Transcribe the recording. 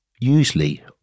usually